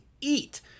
eat